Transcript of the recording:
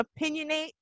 opinionate